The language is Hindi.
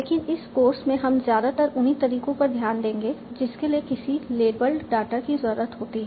लेकिन इस कोर्स में हम ज्यादातर उन्हीं तरीकों पर ध्यान देंगे जिसके लिए किसी लेबल्ड डाटा की जरूरत होती है